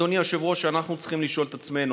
אדוני היושב-ראש, שאנחנו צריכים לשאול את עצמנו.